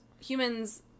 humans